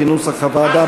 כנוסח הוועדה,